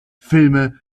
filme